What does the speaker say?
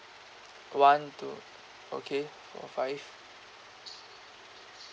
one two okay four five